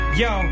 yo